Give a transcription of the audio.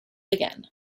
again